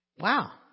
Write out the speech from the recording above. Wow